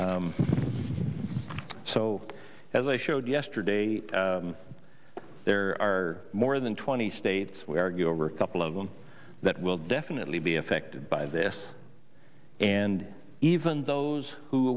mayor so as i showed yesterday there are more than twenty states we argue over a couple of them that will definitely be affected by this and even those who